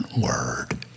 word